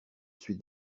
suis